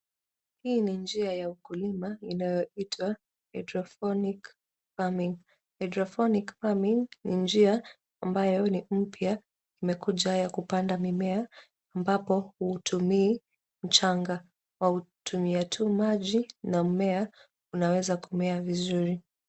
Hii ni njia ya ukulima inayoitwa hydroponics farming ,hydroponics farming ni njia ambayo ni mpya imekuja ya kupanda mimea ambapo hutumii mchangaa watumia tu maji na mimea unaeza kumea vizuri.